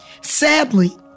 Sadly